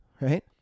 Right